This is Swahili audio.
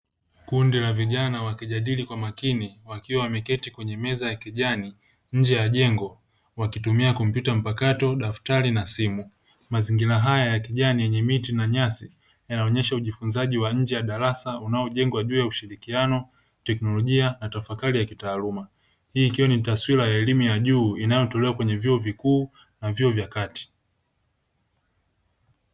Kundi la vijana wakijadili kwa makini wakiwa wameketi kwenye meza ya kijani nje ya jengo; wakitumia kompyuta mpakato, daftari na simu. Mazingira haya ya kijani yenye miti na nyasi yanaonyesha ujifunzaji wa nje ya darasa unaojengwa juu ya ushirikiano, teknolojia na tafakari ya kitaaluma. Hii ikiwa ni taswira ya elimu ya juu inayotolewa kwenye vyuo vikuu na vyuo vya kati.